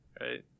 right